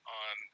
on